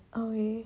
okay